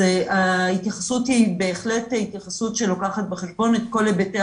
אז ההתייחסות היא בהחלט התייחסות שלוקחת בחשבון את כל היבטי